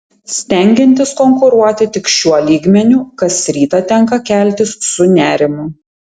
stengiantis konkuruoti tik šiuo lygmeniu kas rytą tenka keltis su nerimu